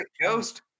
ghost